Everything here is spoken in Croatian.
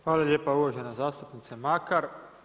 Hvala lijepa uvažena zastupnice Makar.